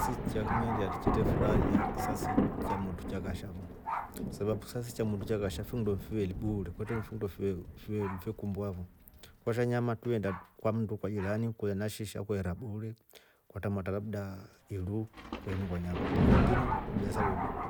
Ksi cha kimeilya chete furaha ya kisasi chya motu cha kasha fo `sababu kisasi cha motu cha kasha findo fiveli buure kwetre findo five fiveli fekumbwa fo kwasha na nyama tuve enda kwa mndu kwa jirani kolya ashinsha kweere buure kwatramatra labdaa iru kweeningwa nyama, lakini linu ni besa we dua.